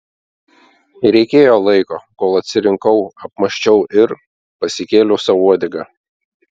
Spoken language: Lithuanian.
reikėjo laiko kol atsirinkau apmąsčiau ir pasikėliau sau uodegą